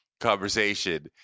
Conversation